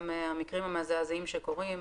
גם המקרים המזעזעים שקורים,